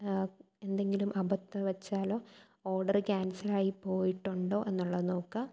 എന്തെങ്കിലും അബദ്ധവശാലോ ഓഡർ ക്യാൻസലായി പോയിട്ടുണ്ടോ എന്നുള്ളത് നോക്കുക